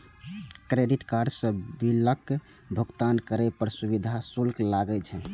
credit card सं बिलक भुगतान करै पर सुविधा शुल्क लागै छै